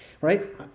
right